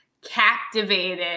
captivated